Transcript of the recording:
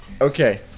Okay